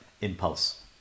Impulse